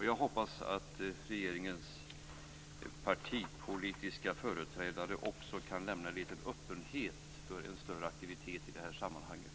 Jag hoppas att regeringens partipolitiska företrädare också kan lämna litet öppenhet för en större aktivitet i det här sammanhanget.